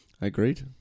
Agreed